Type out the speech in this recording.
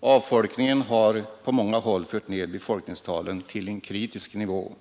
Avfolkningen har på många håll fört ned befolkningstalen till en kritisk nivå.